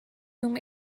whom